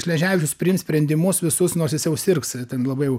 šleževičius priims sprendimus visus nors jis jau sirgs ten labai jau